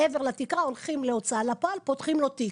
מעבר לתקרה הולכים להוצאה לפועל, פותחים לו תיק.